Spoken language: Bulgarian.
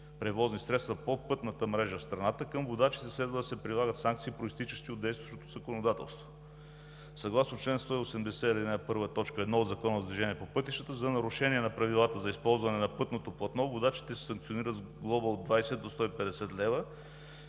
превозни средства по пътната мрежа в страната към водачите следва да се прилагат санкции, произтичащи от действащото законодателство. Съгласно чл. 180, ал. 1, т. 1 от Закона за движение по пътищата за нарушение на правилата за използване на пътното платно водачите се санкционират с глоба от 20 до 150 лв.,